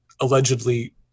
allegedly